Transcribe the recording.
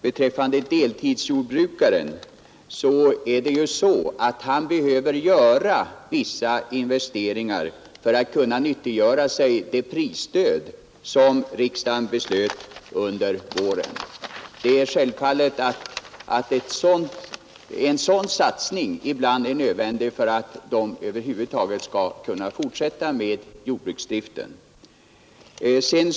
Beträffande deltidsjordbrukaren är det ju så att han behöver göra vissa investeringar för att kunna nyttiggöra sig det prisstöd som riksdagen beslöt under våren. En sådan satsning är självfallet nödvändig ibland för att de över huvud taget skall kunna fortsätta med jordbruksdriften.